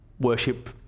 worship